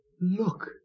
Look